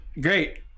great